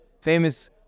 Famous